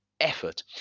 effort